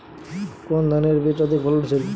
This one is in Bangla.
কোন ধানের বীজ অধিক ফলনশীল?